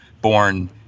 born